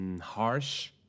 harsh